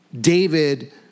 David